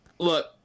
Look